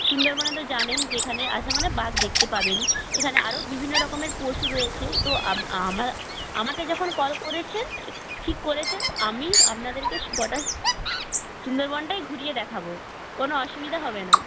সুন্দরবনে তো জানেন যে এখানে আসা মানে বাঘ দেখতে পাবেনই এখানে আরও বিভিন্ন রকমের পশু রয়েছে তো আমরা আমাকে যখন কল করেছেন এক ঠিক করেছেন আমি আপনাদেরকেস্ গোটা সুন্দরবনটাই ঘুরিয়ে দেখাব কোনও অসুবিধা হবে না